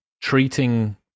treating